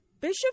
Bishop